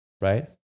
right